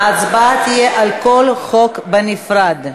ההצבעה תהיה על כל חוק בנפרד.